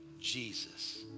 Jesus